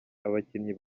abakinnyi